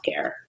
healthcare